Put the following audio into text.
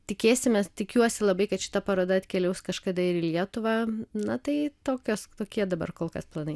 tikėsimės tikiuosi labai kad šita paroda atkeliaus kažkada į lietuvą na tai tokios tokie dabar kol kas planai